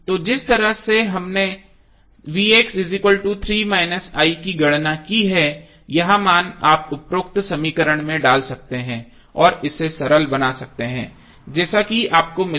तो जिस तरह से हमने की गणना की है यह मान आप उपरोक्त समीकरण में डाल सकते हैं और इसे सरल बना सकते हैं जैसा कि आपको मिलेगा